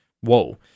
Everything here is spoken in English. whoa